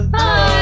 Bye